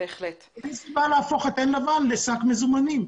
אין סיבה להפוך את עין לבן לשק מזומנים.